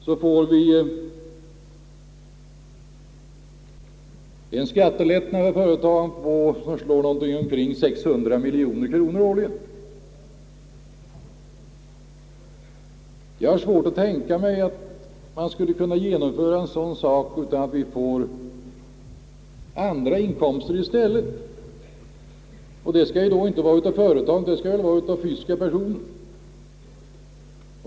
Då får vi en skattelättnad för företagen på omkring 600 miljoner kronor årligen. Jag har svårt att tänka mig att man skulle kunna genomföra en sådan sak utan att vi får andra inkomster i stället, och det skall då inte vara från företagen, utan från fysiska personer.